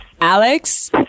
Alex